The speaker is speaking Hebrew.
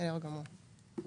בסדר גמור.